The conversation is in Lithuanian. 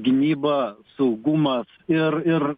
gynyba saugumas ir ir